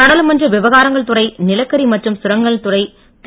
நாடாளுமன்ற விவகாரங்கள் துறை நிலக்கரி மற்றும் சுரங்கங்கள் துறை திரு